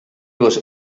was